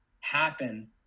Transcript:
happen